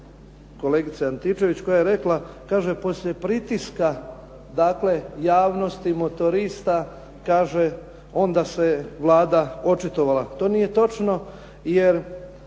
kolegice Antičević koja je rekla. Kaže: "Poslije pritiska javnosti, motorista onda se Vlada očitovala.". To nije točno jer